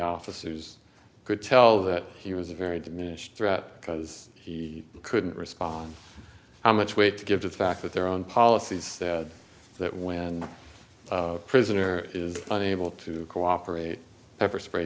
officers could tell that he was a very diminished threat because he couldn't respond how much weight to give to the fact that their own policies that when a prisoner is unable to cooperate ever spray